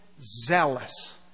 zealous